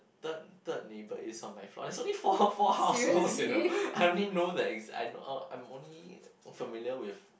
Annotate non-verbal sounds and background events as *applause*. third third neighbour is on my floor there's only four *laughs* four house you know I only know that it's I'm only familiar with